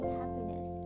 happiness